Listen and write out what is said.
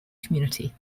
community